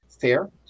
fair